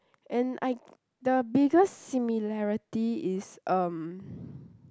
and I the biggest similarity is um